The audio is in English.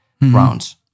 rounds